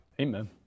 Amen